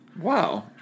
Wow